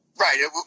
Right